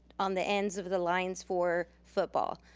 on the ends of the lines for football.